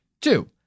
Two